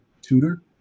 tutor